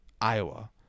Iowa